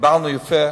דיברנו יפה.